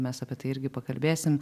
mes apie tai irgi pakalbėsim